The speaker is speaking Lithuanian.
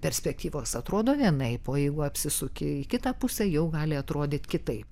perspektyvos atrodo vienaip o jeigu apsisuki į kitą pusę jau gali atrodyt kitaip